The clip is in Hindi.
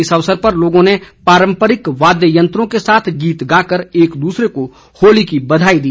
इस अवसर पर लोगों ने पारंपरिक वाद्य यंत्रों के साथ गीत गाकर एक दूसरे को होली की बधाई दी